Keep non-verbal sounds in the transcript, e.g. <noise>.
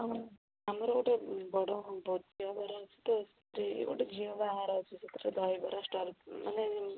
ହଁ ଆମର ଗୋଟେ ବଡ଼ <unintelligible> ଗୋଟେ ଝିଅ ବାହାଘର ଅଛି ତ ସେଠି ଦହିବରା ଷ୍ଟଲ୍ ମାନେ